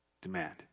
demand